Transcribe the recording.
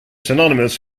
synonymous